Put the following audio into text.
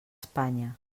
espanya